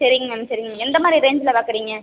சரிங்க மேம் சரிங்க மேம் எந்தமாதிரி ரேஞ்சில் பார்க்குறீங்க